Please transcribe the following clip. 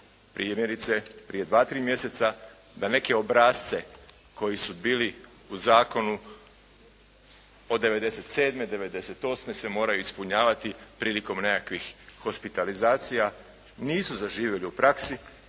prije dva-tri mjeseca da neke obrasce koji su bili u zakonu od '97., '98. se moraju ispunjavati prilikom nekakvih hospitalizacija nisu zaživjeli u praksi,